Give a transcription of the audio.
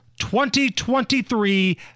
2023